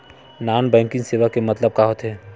Non banking सेवा के मतलब का होथे?